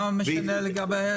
מה זה שונה משפעת?